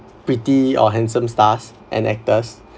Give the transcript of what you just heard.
pretty or handsome stars and actors